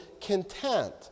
content